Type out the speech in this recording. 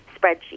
spreadsheet